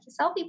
selfie